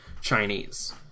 Chinese